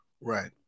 Right